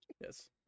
Yes